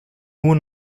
nur